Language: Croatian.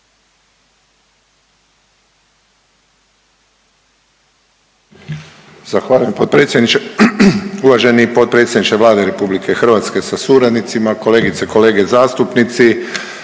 Zahvaljujem potpredsjedniče, uvaženi potpredsjedniče Vlade RH sa suradnicima, kolegice i kolege zastupnici.